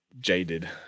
jaded